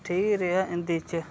ठीक रेहा हिंदी च